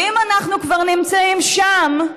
ואם אנחנו כבר נמצאים שם,